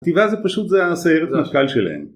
בטבעה זה פשוט זה הסיירת מטכ"ל שלהם.